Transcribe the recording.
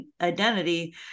identity